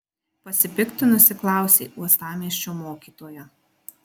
pasipiktinusi klausė uostamiesčio mokytoja